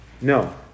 No